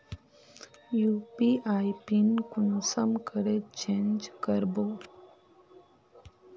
UPI pin कुंसम करे change करबो?